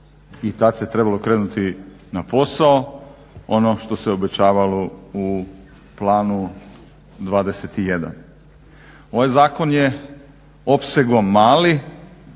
i tada se trebalo krenuti na posao ono što se obećavalo u planu 21. Ovaj zakon je opsegom mali